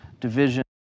division